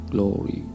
Glory